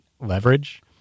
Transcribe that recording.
leverage